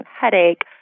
headache